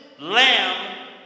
lamb